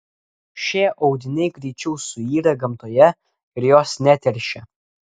šie audiniai greičiau suyra gamtoje ir jos neteršia